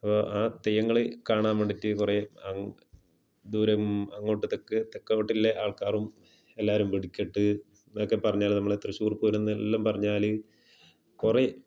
അപ്പോൾ ആ തെയ്യങ്ങൾ കാണാൻ വേണ്ടീട്ട് കുറെ അങ്ങ് ദൂരെ നിന്ന് അങ്ങോട്ട് തെക്ക് തെക്കോട്ടില്ല ആൾക്കാരും എല്ലാവരും വെടിക്കെട്ട് എന്നൊക്കെ പറഞ്ഞാൽ നമ്മൾ തൃശൂർ പൂരംന്നെല്ലാം പറഞ്ഞാൽ കുറെ